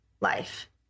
Life